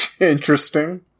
Interesting